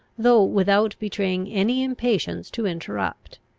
though without betraying any impatience to interrupt.